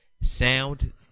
Sound